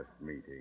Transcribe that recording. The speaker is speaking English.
meeting